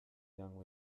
young